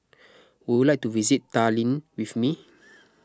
would you like to visit Tallinn with me